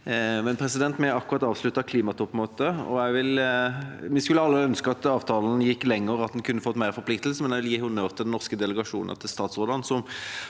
hver dag. Vi har akkurat avsluttet klimatoppmøtet. Vi skulle alle ønske at avtalen gikk lenger, og at en kunne fått mer forpliktelse, men jeg vil gi honnør til den norske delegasjonen og statsrådene,